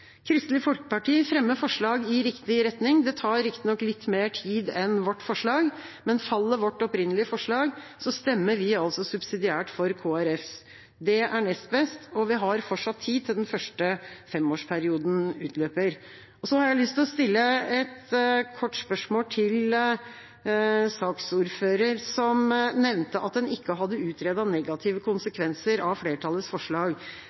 Kristelig Folkeparti fremmer forslag i riktig retning. Det tar riktignok litt mer tid enn vårt forslag, men faller vårt opprinnelige forslag, stemmer vi altså subsidiært for Kristelig Folkepartis. Det er nest best, og vi har fortsatt tid før den første femårsperioden utløper. Så har jeg lyst til å stille et kort spørsmål til saksordføreren, som nevnte at en ikke hadde utredet negative konsekvenser av flertallets forslag.